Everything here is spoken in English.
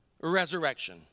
Resurrection